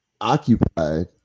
occupied